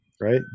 right